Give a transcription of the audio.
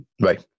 right